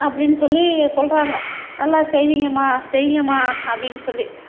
அப்படின்னு சொல்லி சொல்லுறாங்க நல்லா செய்விங்கம்மா செய்ங்கம்மா அப்படின்னு சொல்லி